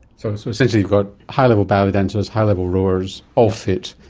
so so essentially you've got high level ballet dancers, high level rowers, all fit,